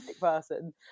person